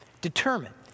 Determined